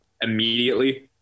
immediately